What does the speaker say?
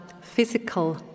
physical